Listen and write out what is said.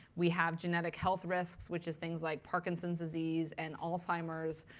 we have genetic health risks, which is things like parkinson's disease and alzheimer's.